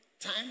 time